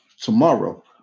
tomorrow